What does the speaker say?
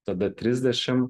tada trisdešim